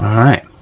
all right,